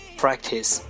practice